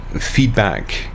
Feedback